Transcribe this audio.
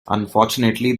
unfortunately